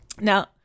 Now